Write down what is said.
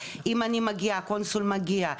אם אני מגיע והקונסול מגיע,